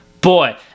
Boy